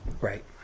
Right